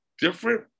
different